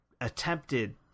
attempted